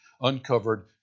uncovered